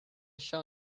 show